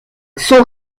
son